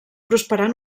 prosperar